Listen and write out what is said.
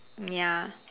ya